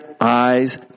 eyes